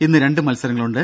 ഇന്ന് രണ്ട് മത്സരങ്ങളുണ്ട്